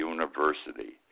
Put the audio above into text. University